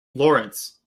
laurence